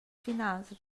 finals